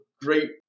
great